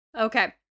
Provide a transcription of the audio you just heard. Okay